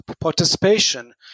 participation